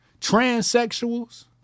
transsexuals